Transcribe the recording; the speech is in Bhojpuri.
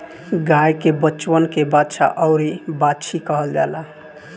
गाय के बचवन के बाछा अउरी बाछी कहल जाला